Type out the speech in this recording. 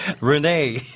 Renee